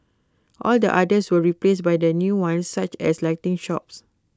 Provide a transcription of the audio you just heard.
all the others were replaced by the new ones such as lighting shops